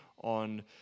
on